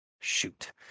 Shoot